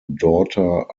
daughter